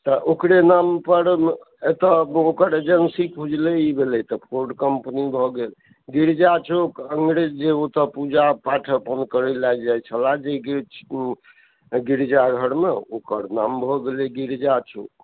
तऽ ओकरे नाम पर एतऽ ओकर एजेंसी खुजलै ई भेलै तऽ फोर्ड कम्पनी भए गेल गिरजा चौक अंग्रेज जे ओतऽ पूजा पाठ अपन करै लए जाइत छला गिरजा घरमे ओकरनाम भए गेलै गिरजा चौक